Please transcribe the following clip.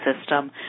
system